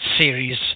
series